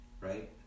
right